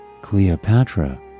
Cleopatra